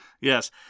Yes